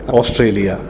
Australia